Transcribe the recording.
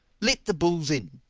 let the bulls in!